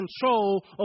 control